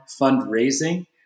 fundraising